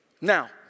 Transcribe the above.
now